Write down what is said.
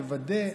תוודא,